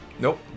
Nope